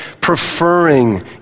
preferring